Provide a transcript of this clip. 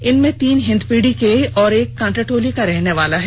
इनमें तीन हिन्दपीढ़ी के और एक कांटाटोली के रहने वाले हैं